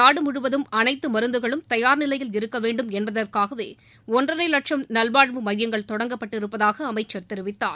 நாடு முழுவதும் அனைத்து மருந்துகளும் தயார் நிலையில் இருக்க வேண்டும் என்பதற்காகவே ஒன்றரை லட்சும் நலவாழ்வு மையங்கள் தொடங்கப்பட்டிருப்பதாக அமைச்சர் தெரிவித்தார்